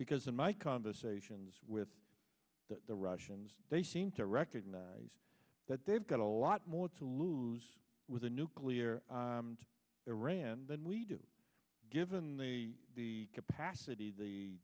because in my conversations with the russians they seem to recognise that there got a lot more to lose with a nuclear iran than we do given the capacity the